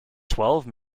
twelve